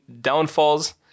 downfalls